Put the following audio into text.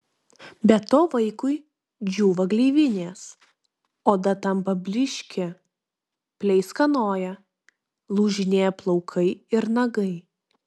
be to vaikui džiūva gleivinės oda tampa blykši pleiskanoja lūžinėja plaukai ir nagai